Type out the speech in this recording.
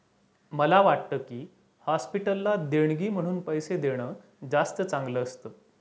मला वाटतं की, हॉस्पिटलला देणगी म्हणून पैसे देणं जास्त चांगलं असतं